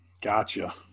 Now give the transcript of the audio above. gotcha